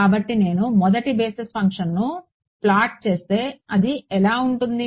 కాబట్టి నేను మొదటి బేసిస్ ఫంక్షన్ను ప్లాట్ చేస్తే అది ఎలా ఉంటుంది